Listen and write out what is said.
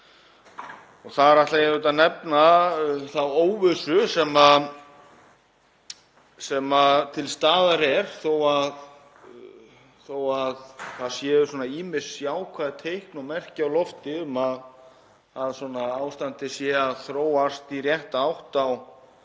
Þar ætla ég að nefna þá óvissu sem til staðar er, þó að það séu ýmis jákvæð teikn og merki á lofti um að ástandið sé að þróast í rétta átt á